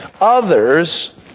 others